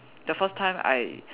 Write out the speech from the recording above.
the first time I